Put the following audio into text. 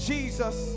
Jesus